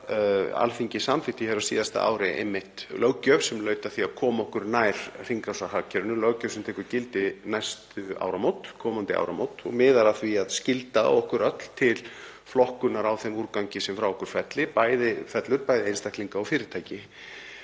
Alþingi samþykkti á síðasta ári einmitt löggjöf sem laut að því að koma okkur nær hringrásarhagkerfinu, löggjöf sem tekur gildi næstu áramót, komandi áramót, og miðar að því að skylda okkur öll til flokkunar á þeim úrgangi sem frá okkur fellur, bæði einstaklinga og fyrirtæki.